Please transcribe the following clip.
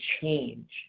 change